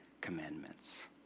commandments